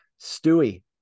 Stewie